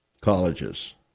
colleges